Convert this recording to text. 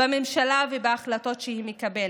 בממשלה ובהחלטות שהיא מקבלת.